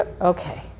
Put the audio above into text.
Okay